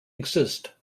exist